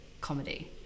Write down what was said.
comedy